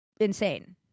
insane